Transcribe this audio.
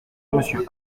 monsieur